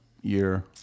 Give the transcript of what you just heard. year